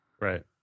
Right